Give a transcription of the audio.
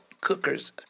cookers